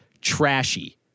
trashy